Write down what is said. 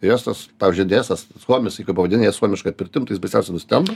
estas pavyzdžiui desas suomis kaip pavadini ją suomiška pirtim jis baisiausiai nustemba